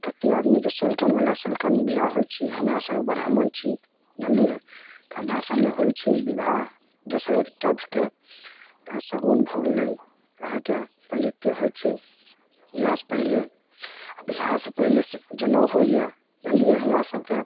कतेक आदमीके सोलकनबला सोलकन बिआह होएत छै हमरा सब ब्राम्हण छी जनलियै तऽ हमरा सबमे होयत छै बिबाह दोसरे टाइपके यहाँ शगुन भऽ गेलै अहाँके पण्डितके होएत छै या पहिले बिआह से पहिले जनउ होइए जनलियै हमरा सबके